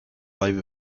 live